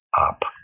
up